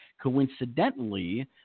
coincidentally